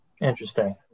Interesting